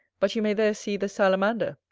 but you may there see the salamander,